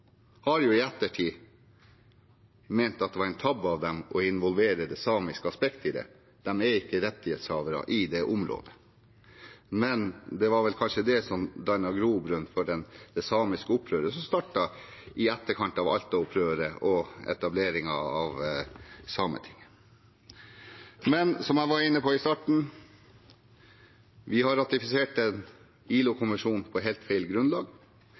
i ettertid ment at det var en tabbe av dem å involvere det samiske aspektet i det. De er ikke rettighetshavere i det området. Men det var vel kanskje det som dannet grobunn for det samiske opprøret som startet i etterkant av Altaopprøret, og for etableringen av Sametinget. Som jeg var inne på i starten, har vi ratifisert en ILO-konvensjon på helt feil grunnlag.